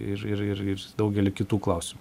ir ir ir ir daugelį kitų klausimų